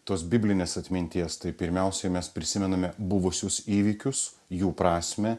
tos biblinės atminties tai pirmiausiai mes prisimename buvusius įvykius jų prasmę